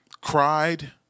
Cried